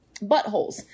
Buttholes